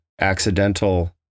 accidental